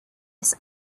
his